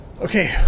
Okay